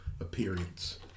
appearance